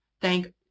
thank